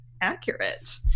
accurate